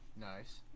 Nice